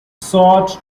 sword